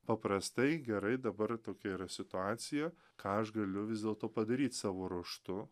paprastai gerai dabar tokia yra situacija ką aš galiu vis dėlto padaryti savo ruoštu